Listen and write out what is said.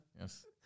Yes